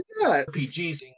RPGs